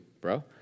bro